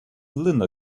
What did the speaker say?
linda